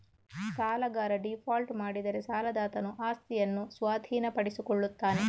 ಸಾಲಗಾರ ಡೀಫಾಲ್ಟ್ ಮಾಡಿದರೆ ಸಾಲದಾತನು ಆಸ್ತಿಯನ್ನು ಸ್ವಾಧೀನಪಡಿಸಿಕೊಳ್ಳುತ್ತಾನೆ